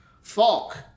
Falk